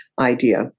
idea